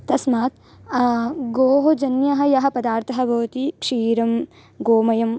तस्मात् गोजन्यः यः पदार्थः भवति क्षीरं गोमयं